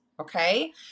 okay